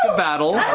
ah battle.